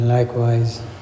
Likewise